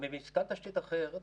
מתקן תשתית אחר,